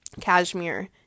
cashmere